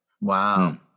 Wow